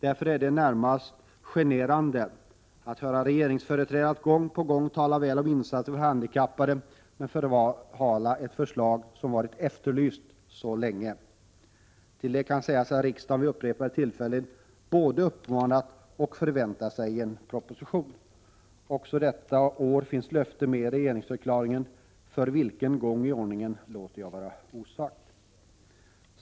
Därför är det närmast generande att höra regeringsföreträdare gång på gång tala väl om insatser för handikappade men förhala ett förslag som har varit efterlyst så länge. Till det kan sägas att riksdagen vid upprepade tillfällen både uppmanat och förväntat sig en proposition. Också detta år finns löftet med i regeringsförklaringen, för vilken gång i ordningen låter jag vara osagt.